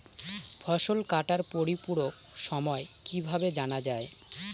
ফসল কাটার পরিপূরক সময় কিভাবে জানা যায়?